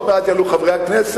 עוד מעט יעלו לפה חברי הכנסת,